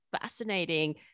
fascinating